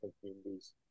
communities